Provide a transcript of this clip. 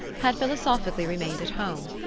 had philosophically remained at home.